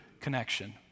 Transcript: connection